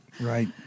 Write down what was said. right